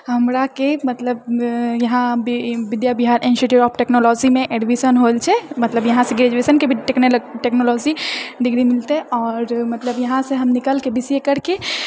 हमराके मतलब यहाँ विद्या बिहार इंस्टीट्यूट ऑफ टेक्नोलॉजीमे एडमिशन हो रहलो छै मतलब यहाँ से ग्रेजुएशन के भी टेक्नोलॉजी डिग्री मिलतै और मतलब यहाँ से हम निकल के बी सी ए कर के